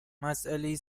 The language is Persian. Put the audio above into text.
مسئله